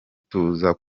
tuza